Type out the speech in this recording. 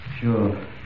Sure